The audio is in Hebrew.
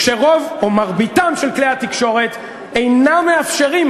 כשרוב או מרביתם של כלי התקשורת אינם מאפשרים,